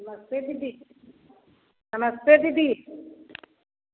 नमस्ते दीदी नमस्ते दीदी